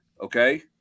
okay